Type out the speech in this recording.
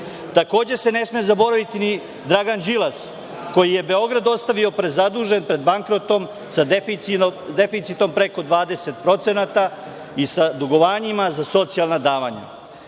dinara. Takođe se ne sme zaboraviti ni Dragan Đilas, koji je Beograd ostavio prezadužen, pred bankrotom sa deficitom preko 20ć% i sa dugovanjima za socijalna davanja,